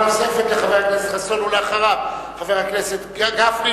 אחרי שהעלית את השאלה, חבר הכנסת חסון,